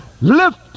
Lift